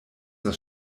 das